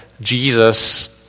Jesus